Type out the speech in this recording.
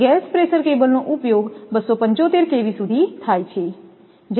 gas pressure કેબલ્સનો ઉપયોગ 275 kV સુધી થાય છે